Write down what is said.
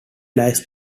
lies